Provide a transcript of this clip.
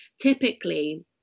typically